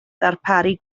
ddarparu